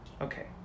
Okay